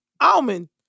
Almond